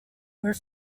were